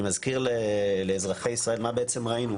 אני מזכיר לאזרחי ישראל מה בעצם ראינו,